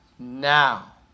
Now